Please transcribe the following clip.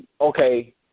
okay